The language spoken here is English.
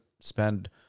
spend